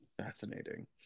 fascinating